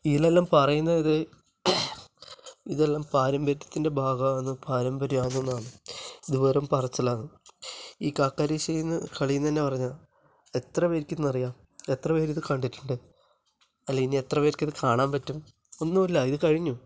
ഇതിലെല്ലാം പറയുന്നത് ഇതെല്ലാം പാരമ്പര്യത്തിന്റെ ഭാഗമാണെന്നും പാരമ്പര്യം ആണ് എന്നാണ് ഇത് വെറും പറച്ചിലാണ് ഈ കാക്കാരശ്ശി കളി എന്ന് തന്നെ പറഞ്ഞാൽ എത്ര പേർക്ക് ഇതറിയാം എത്ര പേര് ഇത് കണ്ടിട്ടുണ്ട് അല്ല ഇനി എത്ര പേര്ക്കിത് കാണാന് പറ്റും ഒന്നുമില്ല ഇത് കഴിഞ്ഞു